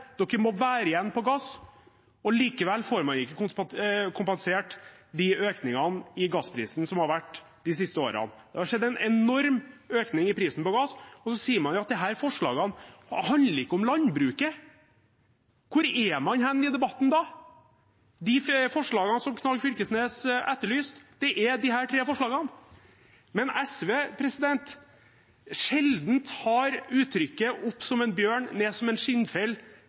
dere må være igjen på gass – og likevel får man ikke kompensert de økningene i gassprisen som har vært de siste årene. Det har skjedd en enorm økning i prisen på gass. Og så sier man at disse forslagene ikke handler om landbruket! Hvor er man i debatten da? De forslagene som Knag Fylkesnes etterlyste, det er disse tre forslagene, men sjelden har uttrykket «opp som en bjørn ned som en skinnfell»